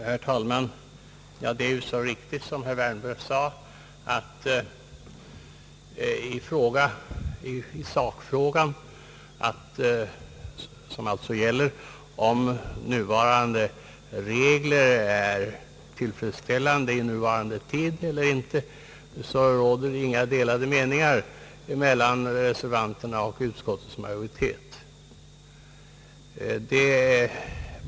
Herr talman! Det är riktigt, som herr Wärnberg sade, att det i sakfrågan, dvs. om gällande avdragsregler är tillfredsställande för närvarande eller ej, inte råder några delade meningar mellan reservanterna och utskottets majoritet.